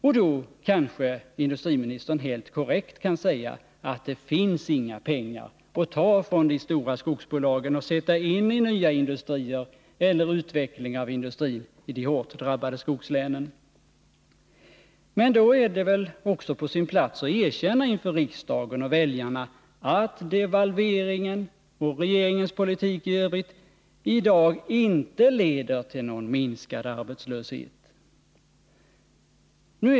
Och då kanske industriministern helt korrekt kan säga att det inte finns några pengar att ta från de stora skogsbolagen och sätta in i nya industrier eller i en utveckling av industrin i de hårt drabbade skogslänen. Men då är det väl också på sin plats att industriministern inför riksdagen och väljarna erkänner att devalveringen, och regeringens politik i övrigt, i dag inte leder till någon minskad arbetslöshet.